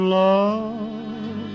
love